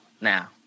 now